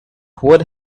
would